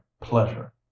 pleasure